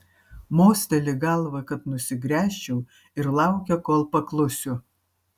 mosteli galva kad nusigręžčiau ir laukia kol paklusiu